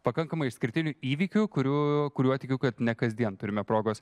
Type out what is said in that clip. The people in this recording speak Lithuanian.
pakankamai išskirtiniu įvykių kurių kuriuo tikiu kad ne kasdien turime progos